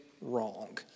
wrong